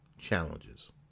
challenges